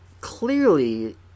clearly